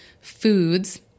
foods